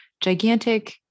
gigantic